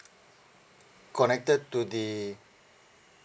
connected to the